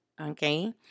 Okay